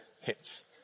hits